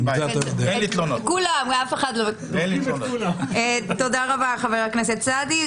(היו"ר גבי לסקי) תודה רבה חבר הכנסת סעדי.